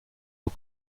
aux